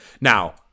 Now